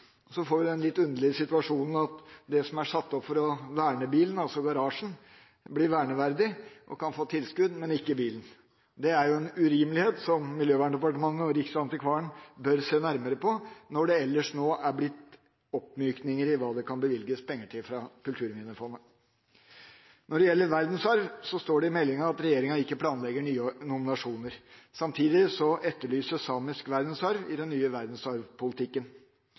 får den litt underlige situasjonen at det som er satt opp for å verne bilen – garasjen – blir verneverdig og kan få tilskudd, men ikke bilen. Det er en urimelighet som Miljøverndepartementet og riksantikvaren bør se nærmere på når det ellers nå er blitt oppmykninger i hva det kan bevilges penger til fra Kulturminnefondet. Når det gjelder verdensarv, står det i meldingen at regjeringa ikke planlegger nye nominasjoner. Samtidig etterlyses samisk verdensarv i den nye verdensarvpolitikken.